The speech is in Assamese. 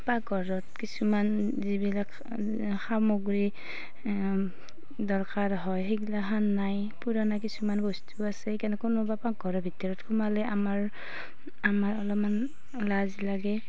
পাকঘৰত কিছুমান যিবিলাক সামগ্ৰী দৰকাৰ হয় সেইগিলাখন নাই পুৰণা কিছুমান বস্তু আছে কোনোবা পাকঘৰৰ ভিতৰত সোমানে আমাৰ আমাৰ অলমান লাজ লাগে